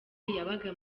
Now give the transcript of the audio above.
yabaga